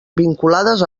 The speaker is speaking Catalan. vinculades